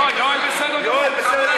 לא, יואל בסדר גמור.